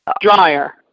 dryer